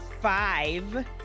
five